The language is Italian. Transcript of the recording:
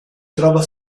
trova